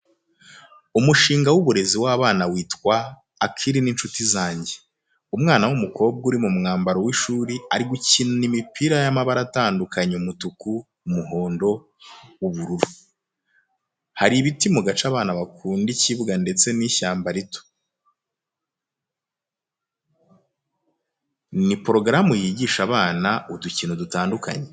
Umushinga w’uburezi w’abana witwa "Akili n’Inshuti zanjye." Umwana w’umukobwa uri mu mwambaro w’ishuri ari gukina imipira y’amabara atandukanye umutuku, umuhondo, ubururu. Hari ibiti mu gace abana bakunda ikibuga ndetse n'ishyamba rito. Ni porogaramu yigisha abana udukino dutandukanye.